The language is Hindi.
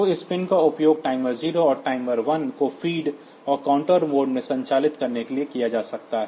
तो इस पिन का उपयोग टाइमर 0 और टाइमर 1 को feed और काउंटर मोड में संचालित करने के लिए किया जा सकता है